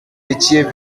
étiez